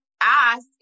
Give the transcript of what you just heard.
ask